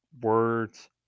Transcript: words